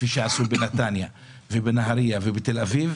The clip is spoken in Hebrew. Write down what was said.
כפי שעשו בנתניה ובנהריה ובתל אביב,